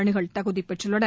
அணிகள் தகுதி பெற்றுள்ளன